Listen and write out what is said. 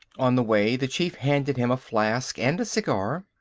on the way the chief handed him a flask and a cigar.